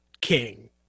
King